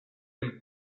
del